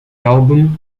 album